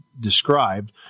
described